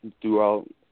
throughout